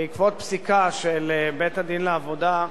בעקבות פסיקה של בית-הדין לעבודה,